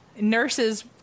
nurses